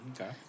Okay